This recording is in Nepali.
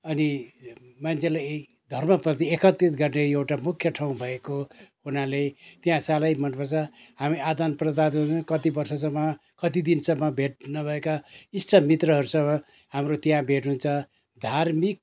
अनि मान्छेलाई धर्मप्रति एकत्रित गर्ने एउटा मुख्य ठाउँ भएको हुनाले त्यहाँ साह्रै मनपर्छ हामी आदान प्रदानहरू पनि कति वर्षसम्म कति दिनसम्म भेट नभएका इष्ट मित्रहरूसँग हाम्रो त्यहाँ भेट हुन्छ धार्मिक